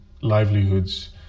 livelihoods